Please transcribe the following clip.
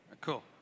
Cool